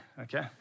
okay